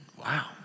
wow